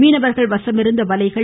மீனவர்கள் வசமிருந்த வலைகள் பு